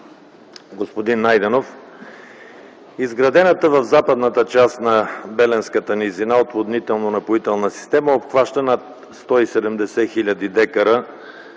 господин Найденов! Изградената в западната част на Беленската низина отводнителна напоителна система обхваща над 170 хил. дка